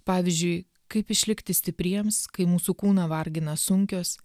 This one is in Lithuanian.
pavyzdžiui kaip išlikti stipriems kai mūsų kūną vargina sunkios